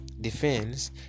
defense